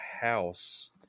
house